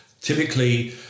typically